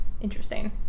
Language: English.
interesting